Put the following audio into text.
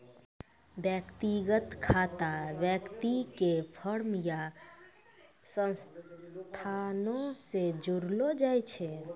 व्यक्तिगत खाता व्यक्ति के फर्म या संस्थानो से जोड़लो जाय छै